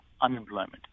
unemployment